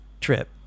trip